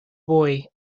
boy